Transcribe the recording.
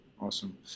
Awesome